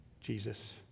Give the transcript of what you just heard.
Jesus